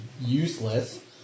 useless